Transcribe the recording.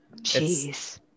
jeez